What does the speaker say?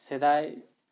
ᱥᱮᱫᱟᱭ